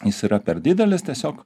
jis yra per didelis tiesiog